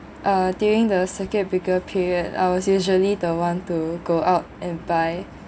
uh during the circuit breaker period I was usually the one to go out and buy